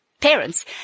parents